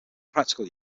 practical